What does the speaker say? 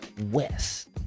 West